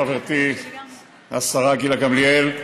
חברתי השרה גילה גמליאל,